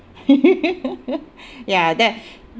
ya that